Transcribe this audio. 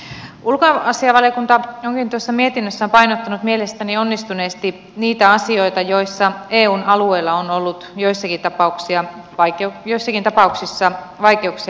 ulkoasiainvaliokunta onkin tuossa mietinnössään painottanut mielestäni onnistuneesti niitä asioita joissa eun alueella on ollut jo siitä kaksi on vaikea joissakin tapauksissa vaikeuksia